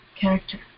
character